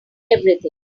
everything